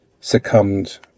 succumbed